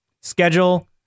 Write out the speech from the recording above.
schedule